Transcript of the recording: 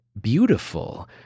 beautiful